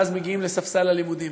ואז מגיעים לספסל הלימודים.